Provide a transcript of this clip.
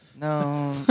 No